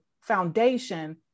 foundation